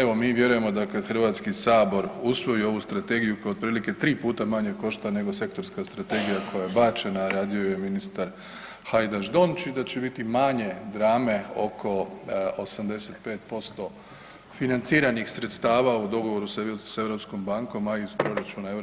Evo, mi vjerujemo da kad HS usvoji ovu Strategiju koja je otprilike 3 puta manje košta nego sektorska strategija koja je bačena, a radio ju je ministar Hajdaš Dončić, da će biti manje drame oko 85% financiranih sredstava u dogovoru sa Europskom bankom, a iz proračuna EU,